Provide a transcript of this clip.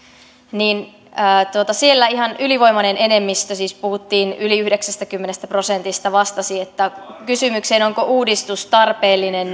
niin siellä ihan ylivoimainen enemmistö siis puhuttiin yli yhdeksästäkymmenestä prosentista vastasi kysymykseen onko uudistus tarpeellinen